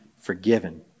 forgiven